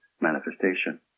manifestation